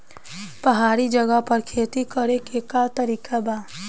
पहाड़ी जगह पर खेती करे के का तरीका बा?